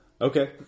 Okay